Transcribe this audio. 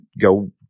go